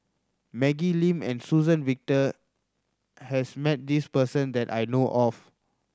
Maggie Lim and Suzann Victor has met this person that I know of